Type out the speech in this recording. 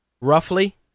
Roughly